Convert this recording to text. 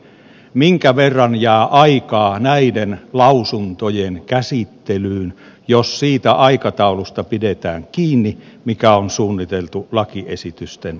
ovat vastanneet niin minkä verran jää aikaa näiden lausuntojen käsittelyyn jos siitä aikataulusta pidetään kiinni mikä on suunniteltu lakiesitysten antamiseen